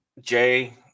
jay